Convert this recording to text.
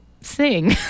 sing